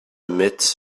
midst